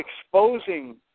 exposing